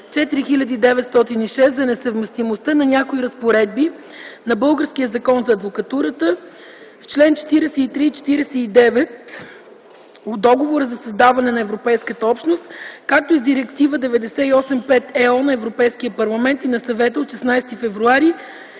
за несъвместимостта на някои разпоредби на българския Закон за адвокатурата с чл. 43 и 49 от Договора за създаване на Европейската общност, както и с Директива 98/5/ЕО на Европейския парламент и на Съвета от 16 февруари